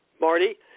Marty